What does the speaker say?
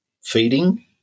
feeding